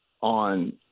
on